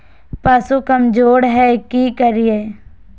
पशु कमज़ोर है कि करिये?